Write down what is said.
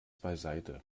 beiseite